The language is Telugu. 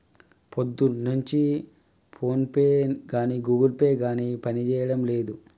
పొద్దున్నుంచి ఫోన్పే గానీ గుగుల్ పే గానీ పనిజేయడం లేదు